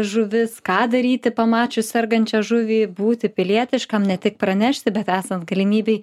žuvis ką daryti pamačius sergančią žuvį būti pilietiškam ne tik pranešti bet esant galimybei